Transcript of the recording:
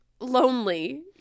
lonely